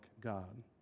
God